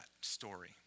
story